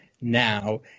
now